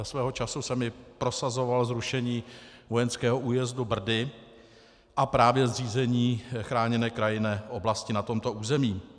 Svého času jsem i prosazoval zrušení vojenského újezdu Brdy a právě zřízení chráněné krajinné oblasti na tomto území.